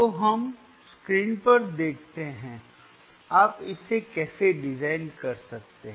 तो हम स्क्रीन पर देखते हैं आप इसे कैसे डिजाइन कर सकते हैं